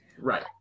Right